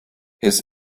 his